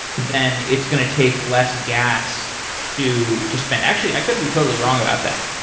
then it's going to take less gas to to spend actually, i could be totally wrong about that.